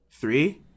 three